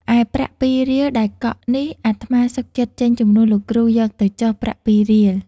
ឯប្រាក់ ២ រៀលដែលកក់នេះ អាត្មាសុខចិត្តចេញជំនួសលោកគ្រូ "យកទៅចុះ ប្រាក់ ២ រៀល"។